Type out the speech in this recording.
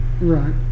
Right